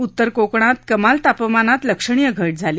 उत्तर कोकणात कमाल तापमानात लक्षणीय घट झाली